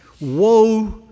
Woe